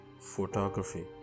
photography